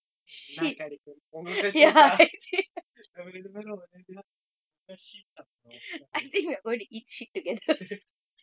என்ன கிடைக்கும் உங்களுக்கு:enna kidaikkum ungalukku soup ah நம்ம ரெண்டு பெரும் ஒரேடியா ஒன்னு:namma rendu perum oraediyaa onnu shit சாப்பிடுவோம்:sappiduvoam